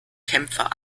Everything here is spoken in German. kämpfer